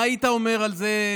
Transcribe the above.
מה היית אומר על זה?